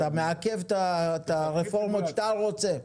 אתה מעכב את הרפורמה שאתה רוצה,